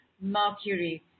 Mercury